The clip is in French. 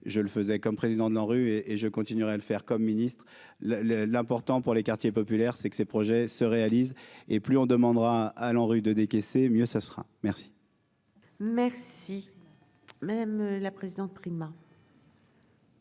je le faisais comme président de la rue et je continuerai à le faire comme ministre-là le l'important pour les quartiers populaires, c'est que ces projets se réalisent et plus on demandera à l'ANRU de décaisser, mieux ça sera, merci. Merci, même la présidente Prima.